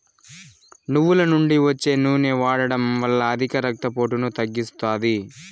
నువ్వుల నుండి వచ్చే నూనె వాడడం వల్ల అధిక రక్త పోటును తగ్గిస్తాది